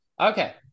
Okay